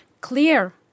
clear